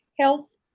health